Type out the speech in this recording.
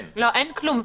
אין כלום,